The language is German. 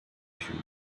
schule